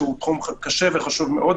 שהוא תחום קשה וחשוב מאוד.